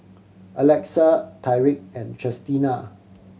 Alexa Tyrik and Chestina